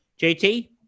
JT